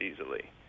easily